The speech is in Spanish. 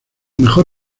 mejor